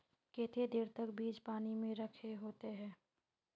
केते देर तक बीज पानी में रखे होते हैं?